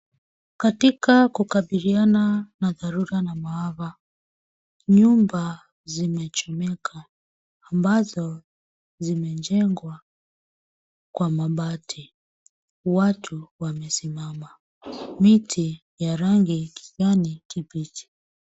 Katika kukabiliana na dharura na maafa, nyumba zimechomeka ambazo zimejengwa kwa mabati. Watu wamesimama . Miti ya rangi ya kijani kibichi.